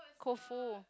Koufu